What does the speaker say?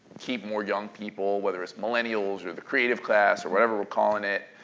keep more young people whether it's millennials, or the creative class, or whatever we're calling it.